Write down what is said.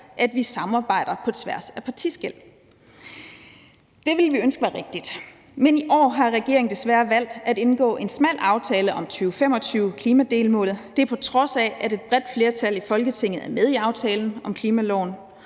»at vi samarbejder på tværs af partiskel.« Det ville vi ønske var rigtigt, men i år har regeringen desværre valgt at indgå en smal aftale om 2025-klimadelmålet, på trods af at et bredt flertal i Folketinget er med i aftalen om klimaloven.